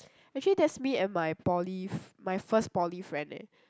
actually that's me and my poly f~ my first poly friend eh